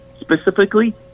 specifically